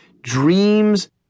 dreams